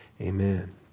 amen